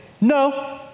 no